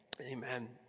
Amen